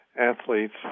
athletes